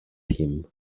him